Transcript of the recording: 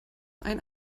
ein